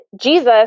Jesus